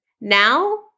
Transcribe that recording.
now